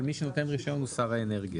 מי שנותן את הרישיון הוא שר האנרגיה.